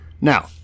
now